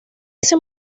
ese